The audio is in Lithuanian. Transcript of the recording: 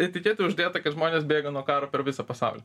etiketė uždėta kad žmonės bėga nuo karo per visą pasaulį